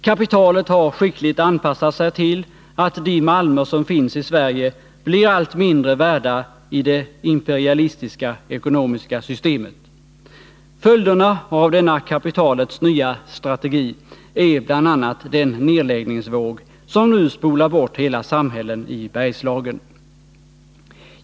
Kapitalet har skickligt anpassat sig till att de malmer som finns i Sverige blir allt mindre värda i det imperialistiska ekonomiska systemet. Följderna av denna kapitalets nya strategi är bl.a. den nedläggningsvåg som nu spolar bort hela samhällen i Bergslagen.